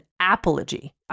apology